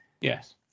Yes